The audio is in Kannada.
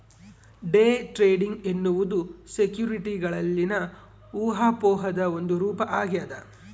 ಡೇ ಟ್ರೇಡಿಂಗ್ ಎನ್ನುವುದು ಸೆಕ್ಯುರಿಟಿಗಳಲ್ಲಿನ ಊಹಾಪೋಹದ ಒಂದು ರೂಪ ಆಗ್ಯದ